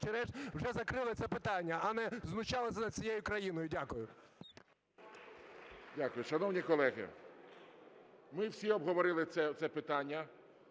вже закрили це питання, а не знущалися над цією країною. Дякую. ГОЛОВУЮЧИЙ. Дякую. Шановні колеги, ми всі обговорили це питання.